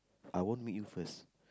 I won't meet you first